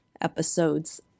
episodes